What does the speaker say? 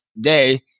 day